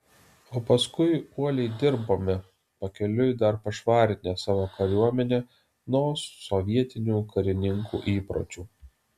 o paskui uoliai dirbome pakeliui dar pašvarinę savo kariuomenę nuo sovietinių karininkų įpročių